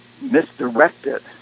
misdirected